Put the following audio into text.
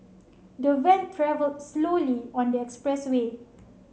the van travelled slowly on the expressway